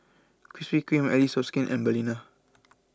Krispy Kreme Allies of Skin and Balina